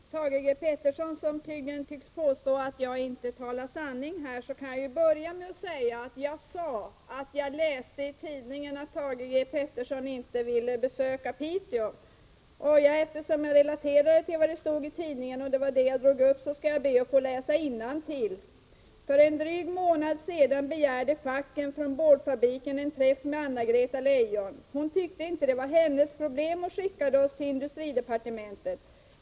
Herr talman! Till Thage G. Peterson, som tycks påstå att jag inte talar sanning, vill jag till att börja med säga att jag framhöll att jag hade läst i tidningen att Thage G. Peterson inte ville besöka Piteå. Eftersom jag relaterade vad som stod i tidningen skall jag nu be att få läsa innantill: ”För en dryg månad sedan begärde facken från boardfabriken en träff med Anna-Greta Lejon. Hon tyckte inte det var hennes problem och skickade oss till industridepartementet.